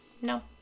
no